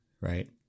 Right